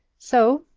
so,